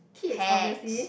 kids obviously